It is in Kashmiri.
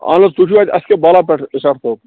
اَہن حظ تُہۍ چھُو اَتہِ ایس کے